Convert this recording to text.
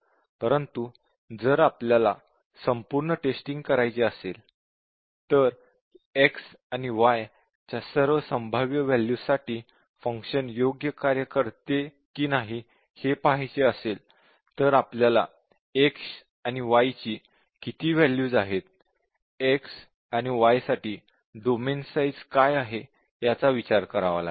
परंतु जर आपल्याला संपूर्ण टेस्टिंग करायची असेल ते x आणि y च्या सर्व संभाव्य वॅल्यूजसाठी फंक्शन योग्य कार्य करते की नाही हे पाहायचे असेल तर आपल्याला x आणि y ची किती वॅल्यूज आहेत x आणि y साठी डोमेन साईझ काय आहे याचा विचार करावा लागेल